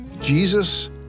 Jesus